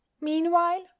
Meanwhile